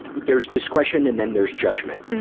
there's discretion and then there's judgment.